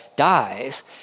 dies